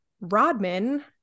Rodman